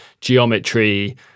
geometry